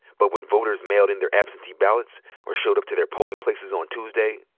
but when voters mailed in their absentee ballots or showed up to their polling places on tuesday,